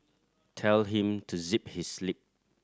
tell him to zip his lip